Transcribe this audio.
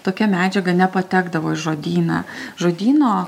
tokia medžiaga nepatekdavo į žodyną žodyno